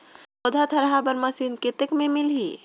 पौधा थरहा बर मशीन कतेक मे मिलही?